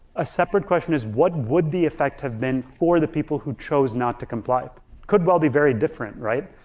a separate question is what would the effect have been for the people who chose not to comply? it could well be very different, right?